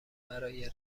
برای